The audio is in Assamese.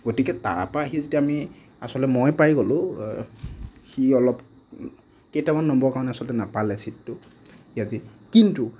গতিকে তাৰ পৰা আহি যেতিয়া আমি আচলতে মই পাই গলোঁ সি অলপ কেইটামান নম্বৰৰ কাৰণে আচলতে নাপালে ছিটটো সি আজি কিন্তু